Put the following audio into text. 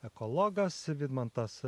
ekologas vidmantas